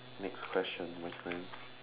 next question my friend